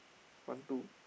part two